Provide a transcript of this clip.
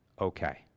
okay